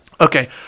okay